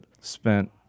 spent